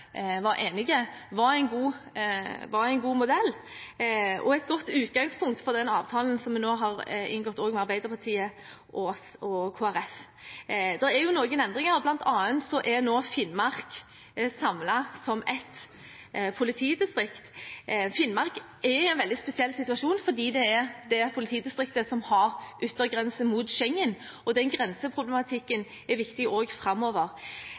var en god modell og et godt utgangspunkt for den avtalen som vi nå har inngått med Arbeiderpartiet og Kristelig Folkeparti. Det er noen endringer. Blant annet er Finnmark nå samlet som ett politidistrikt. Finnmark er i en veldig spesiell situasjon fordi det er det politidistriktet som har yttergrense mot Schengen, og den grenseproblematikken er viktig også framover.